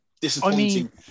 disappointing